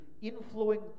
inflowing